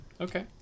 Okay